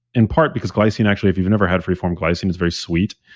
in part because glycine, actually if you've never had free form glycine is very sweet.